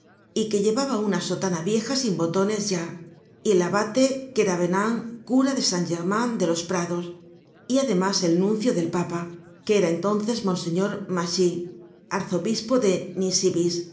y que llevaba una sotana vieja sin botones ya y el abate keravenant cura de san german de los prados y además el nuncio del papa que era entonces monseñor macchi arzobispo de